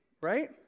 right